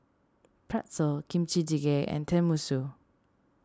Pretzel Kimchi Jjigae and Tenmusu